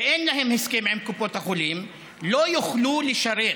שאין להם הסכם עם קופות החולים לא יוכלו לשרת